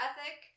ethic